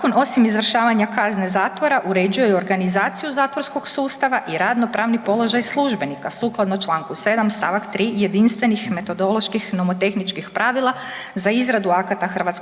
zakon osim izvršavanja kazne zatvora uređuje i organizaciju zatvorskog sustava i radno pravni položaj službenika sukladno čl. 7. st. 3. jedinstvenih metodoloških nomotehničkih pravila za izradu akata HS